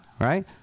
right